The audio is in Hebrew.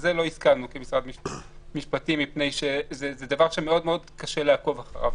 לזה לא הסכמנו כמשרד המשפטים מפני שזה דבר שמאוד מאוד קשה לעקוב אחריו.